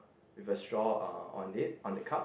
with a straw on it on the cup